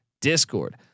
discord